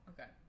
Okay